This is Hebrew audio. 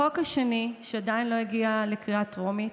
החוק השני, שעדיין לא הגיע לקריאה טרומית,